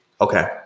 okay